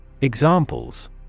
Examples